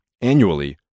annually